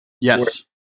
Yes